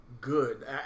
good